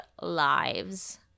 lives